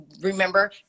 remember